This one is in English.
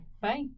Bye